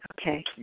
Okay